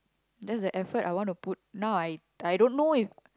that's the effort I want to put now I I don't know if